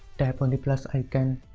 tap on the plus icon,